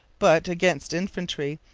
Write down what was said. but, against infantry,